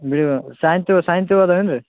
ಬಿಳಿ ಹೂವ ಸೇವಂತಿ ಹೂವು ಸೇವಂತಿ ಹೂವು ಅದಾವೆ ಏನು ರೀ